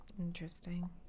interesting